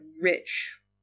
rich